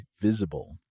visible